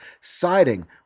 siding